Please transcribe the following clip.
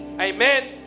amen